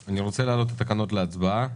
אני מעלה את התקנות להצבעה.